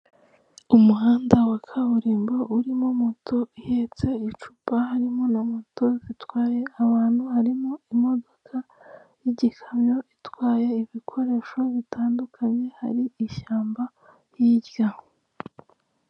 Umuhanda wa kaburimbo urimo moto ihetse icupa harimo na moto zitwaye abantu harimo imodoka y'ikamyo itwaye ibikoresho bitandukanye hari ishyamba hirya .